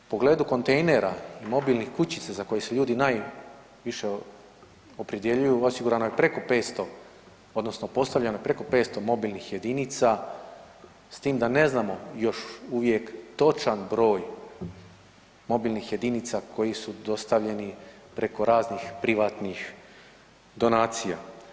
U pogledu kontejnera i mobilnih kućica za koje se ljudi najviše opredjeljuju osigurano je preko 500 odnosno postavljeno je preko 500 mobilnih jedinica s tim da ne znamo još uvijek točan broj mobilnih jedinica koji su dostavljeni preko raznih privatnih donacija.